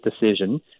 decision